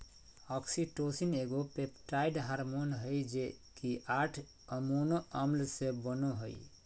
oxytocin एगो peptide hormone हइ जे कि आठ अमोनो अम्ल से बनो हइ